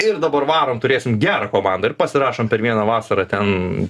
ir dabar varom turėsim gerą komandą ir pasirašom per vieną vasarą ten